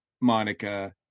Monica